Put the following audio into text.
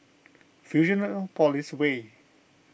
Fusionopolis Way